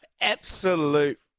absolute